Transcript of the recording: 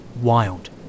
wild